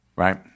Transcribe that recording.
right